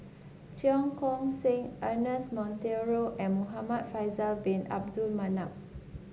Cheong Koon Seng Ernest Monteiro and Muhamad Faisal Bin Abdul Manap